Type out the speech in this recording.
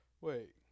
Wait